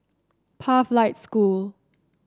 Pathlight School